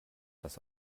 das